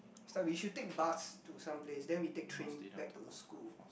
it's like we should take bus to some place then we take train back to school